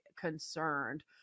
concerned